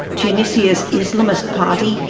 tunisia's islamist party,